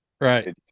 Right